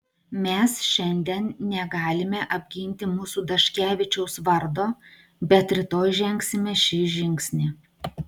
mes šiandien negalime apginti mūsų daškevičiaus vardo bet rytoj žengsime šį žingsnį